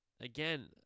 again